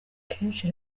kenshi